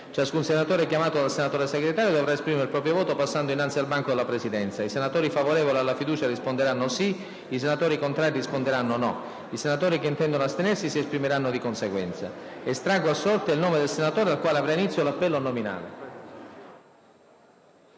ciascun senatore chiamato dal senatore Segretario dovrà esprimere il proprio voto passando innanzi al banco della Presidenza. I senatori favorevoli alla fiducia risponderanno sì; i senatori contrari risponderanno no; i senatori che intendono astenersi risponderanno di conseguenza. Hanno chiesto di votare per primi i senatori